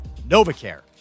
NovaCare